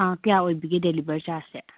ꯑꯥ ꯀꯌꯥ ꯑꯣꯏꯕꯤꯒꯦ ꯗꯦꯂꯤꯕꯔ ꯆꯥꯔꯖꯁꯦ